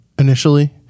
Initially